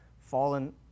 fallen